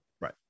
Right